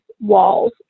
walls